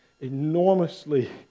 enormously